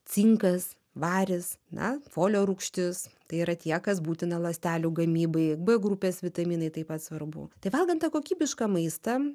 cinkas varis na folio rūgštis tai yra tie kas būtina ląstelių gamybai b grupės vitaminai taip pat svarbu tai valgant tą kokybišką maistą